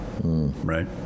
right